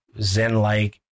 Zen-like